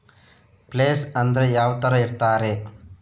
Place ಅಂದ್ರೆ ಯಾವ್ತರ ಇರ್ತಾರೆ?